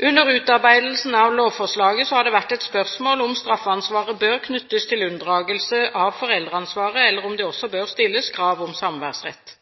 Under utarbeidelsen av lovforslaget har det vært et spørsmål om straffansvaret bør knyttes til unndragelse av foreldreansvaret, eller om det også bør stilles krav om samværsrett.